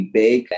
big